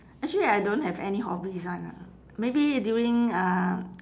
actually I don't have any hobbies [one] ah maybe during uh